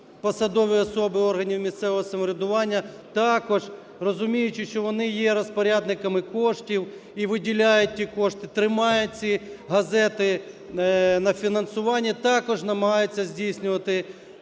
посадові особи органів місцевого самоврядування, також розуміючи, що вони є розпорядниками коштів і виділяють ті кошти, тримають ці газети, на фінансування також намагаються здійснювати